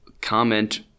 comment